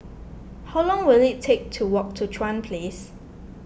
how long will it take to walk to Chuan Place